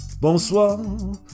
Bonsoir